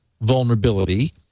vulnerability